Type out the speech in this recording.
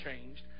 changed